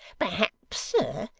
perhaps, sir,